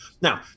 Now